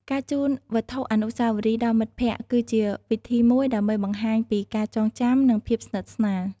ការជូនវត្ថុអនុស្សាវរីយ៍ដល់មិត្តភក្តិ គឺជាវិធីមួយដើម្បីបង្ហាញពីការចងចាំ និងភាពស្និទ្ធស្នាល។